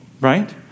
right